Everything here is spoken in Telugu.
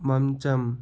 మంచం